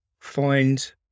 find